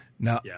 Now